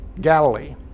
Galilee